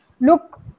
look